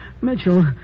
Mitchell